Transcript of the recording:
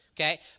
Okay